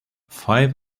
five